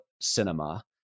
cinema